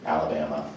Alabama